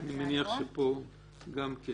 אני מניח שפה גם כן,